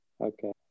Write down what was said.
okay